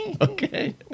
Okay